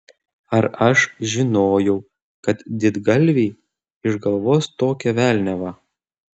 ar aš žinojau kad didgalviai išgalvos tokią velniavą